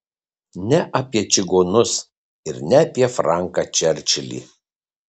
ne apie čigonus ir ne apie franką čerčilį